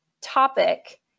topic